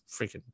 freaking